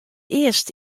earst